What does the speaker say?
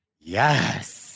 Yes